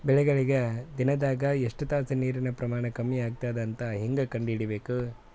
ಬೆಳಿಗಳಿಗೆ ದಿನದಾಗ ಎಷ್ಟು ತಾಸ ನೀರಿನ ಪ್ರಮಾಣ ಕಮ್ಮಿ ಆಗತದ ಅಂತ ಹೇಂಗ ಕಂಡ ಹಿಡಿಯಬೇಕು?